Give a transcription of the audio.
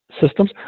systems